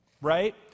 right